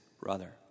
brother